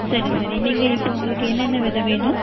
சரி சரி நீங்கள் இப்போது உங்களுக்கு என்னென்ன விதை வேணும்